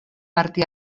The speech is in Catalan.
martí